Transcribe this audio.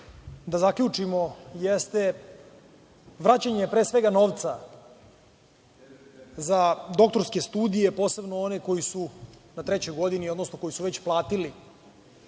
da zaključimo jeste vraćanje pre svega novca za doktorske studije, posebno za one koji su na trećoj godini, odnosno oni koji su već platili